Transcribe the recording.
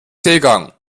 seegang